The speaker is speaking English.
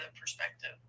perspective